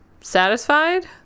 satisfied